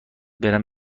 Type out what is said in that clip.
برم